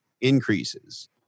increases